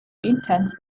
intense